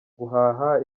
guhaha